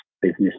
business